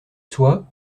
soit